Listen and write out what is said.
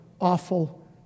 awful